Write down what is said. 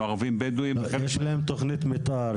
הערבים בדואים --- יש להם תכנית מתאר,